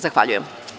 Zahvaljujem.